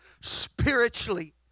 spiritually